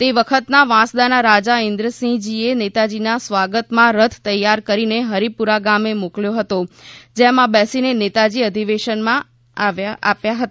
તે વખતનાં વાંસદાતા રાજા ઇન્દ્રસિંહજીએ નેતાજીના સ્વાગતમાં રથ તૈયાર કરીને હરિપુરા ગામે મોકલ્યો હતો જેમાં બેસીને નેતાજી અધિવેશનમાં આપ્યા હતા